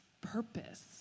purpose